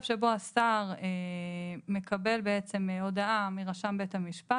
שבו השר מקבל הודעה מרשם בית המשפט,